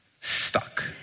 stuck